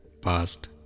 past